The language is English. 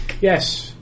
Yes